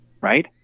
right